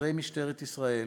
שוטרי משטרת ישראל,